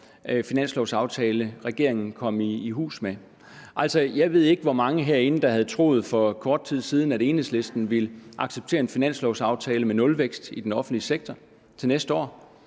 finanslovaftale, regeringen kom i hus med. Jeg ved ikke, hvor mange herinde der for kort tid siden havde troet, at Enhedslisten ville acceptere en finanslovaftale med nulvækst i den offentlige sektor til næste år.